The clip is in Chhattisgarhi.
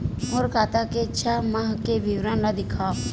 मोर खाता के छः माह के विवरण ल दिखाव?